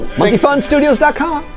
monkeyfunstudios.com